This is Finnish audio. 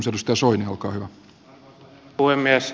arvoisa herra puhemies